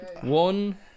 One